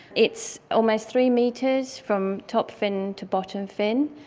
it's almost three metres from top fin to bottom fin.